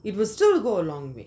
it will still go a long way